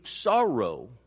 sorrow